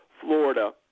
Florida